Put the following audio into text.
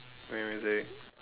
play music